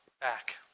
back